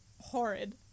horrid